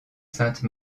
sainte